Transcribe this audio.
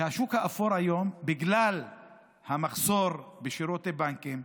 בגלל המחסור בשירותי בנקים,